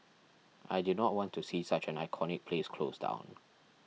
I did not want to see such an iconic place close down